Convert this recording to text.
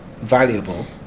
valuable